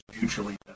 mutually